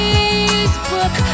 Facebook